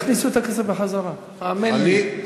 יכניסו את הכסף בחזרה, האמן לי.